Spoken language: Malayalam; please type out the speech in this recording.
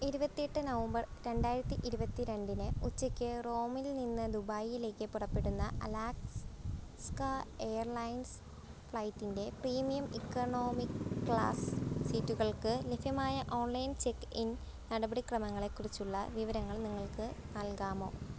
ഇരുപത്തിഎട്ട് നവംബർ രണ്ടായിരത്തി ഇരുപത്തി രണ്ടിന് ഉച്ചക്ക് റോമിൽനിന്ന് ദുബായ്ലേക്ക് പുറപ്പെടുന്ന അലാസ്ക എയർലൈൻസ് ഫ്ലൈറ്റിൻ്റെ പ്രീമിയം ഇക്കോണോമി ക്ലാസ് സീറ്റുകൾക്ക് ലഭ്യമായ ഓൺലൈൻ ചെക്ക്ഇൻ നടപടിക്രമങ്ങളെക്കുറിച്ചുള്ള വിവരങ്ങൾ നിങ്ങൾക്ക് നൽകാമോ